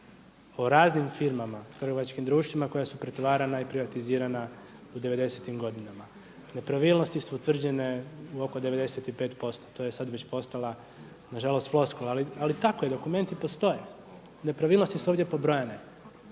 o raznim firmama, trgovačkim društvima koja su pretvarana i privatizirana u devedesetim godinama. Nepravilnosti su utvrđene u oko 95%, to je sada već postala nažalost floskula, ali tako je, dokumenti postoje, nepravilnosti su ovdje pobrojene.